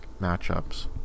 matchups